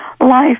life